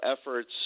efforts